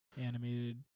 animated